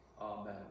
Amen